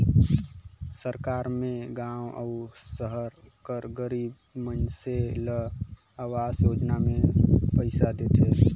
सरकार में गाँव अउ सहर कर गरीब मइनसे ल अवास योजना में पइसा देथे